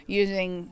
using